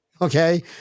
okay